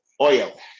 oil